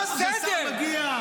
מה זה השר מגיע --- סדר?